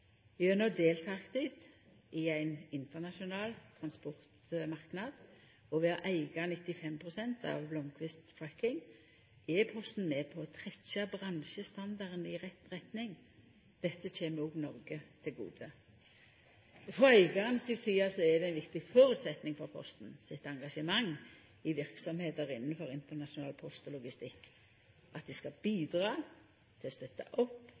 ein internasjonal transportmarknad, og ved å eiga 95 pst. av Blomquist Trucking, er Posten med på å trekkja bransjestandarden i rett retning. Dette kjem òg Noreg til gode. Frå eigaren si side er det ein viktig føresetnad for Posten sitt engasjement i verksemder innanfor internasjonal post og logistikk at dei skal bidra til å støtta opp